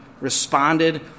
responded